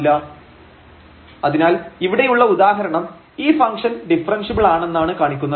fxyx2y2 cos⁡1√x2y2 xy0 00 xy0 0┤ അതിനാൽ ഇവിടെയുള്ള ഉദാഹരണം ഈ ഫംഗ്ഷൻ ഡിഫറെൻഷ്യബിൾ ആണെന്നാണ് കാണിക്കുന്നത്